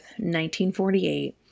1948